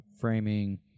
framing